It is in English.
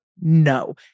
No